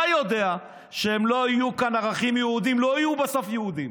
אתה יודע שאם לא יהיו כאן ערכים יהודיים לא יהיו בסוף יהודים.